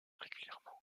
régulièrement